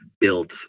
built